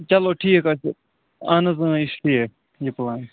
چلو ٹھیٖک حظ چھُ اہن حظ اۭں یہِ چھُ ٹھیٖک یہِ پٕلان